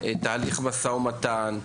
תהליך המשא ומתן,